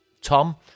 Tom